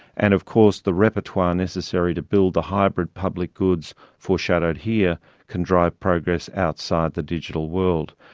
and, of course, the repertoire necessary to build the hybrid public goods foreshadowed here can drive progress outside the digital world.